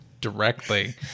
directly